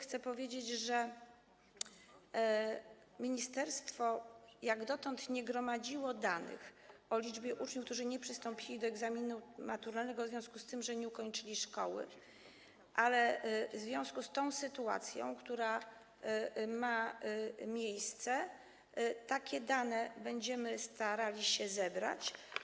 Chcę powiedzieć, że ministerstwo dotychczas nie gromadziło danych o liczbie uczniów, którzy nie przystąpili do egzaminu maturalnego w związku z tym, że nie ukończyli szkoły, ale w związku z sytuacją, która ma miejsce, takie dane będziemy starali się zebrać.